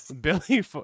Billy